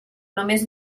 només